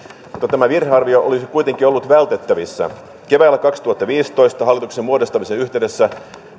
tämä virhearvio olisi kuitenkin ollut vältettävissä keväällä kaksituhattaviisitoista hallituksen muodostamisen yhteydessä